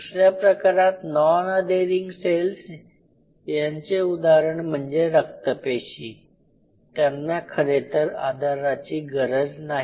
दुसऱ्या प्रकारात non adhering cells यांचे उदाहरण म्हणजे रक्तपेशी त्यांना खरेतर आधाराची गरज नाही